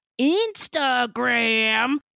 Instagram